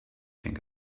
think